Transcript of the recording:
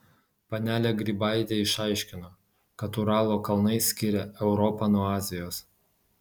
panelė grybaitė išaiškino kad uralo kalnai skiria europą nuo azijos